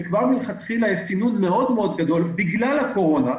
שכבר מלכתחילה יש סינון גדול בגלל הקורונה,